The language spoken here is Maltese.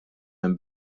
hemm